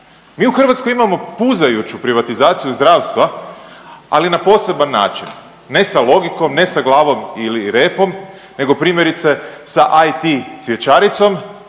Mi u Hrvatskoj imamo puzajuću privatizaciju zdravstva, ali na poseban način. Ne sa logikom, ne sa glavom ili repom, nego primjerice, sa IT cvjećaricom